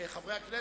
חברי הכנסת,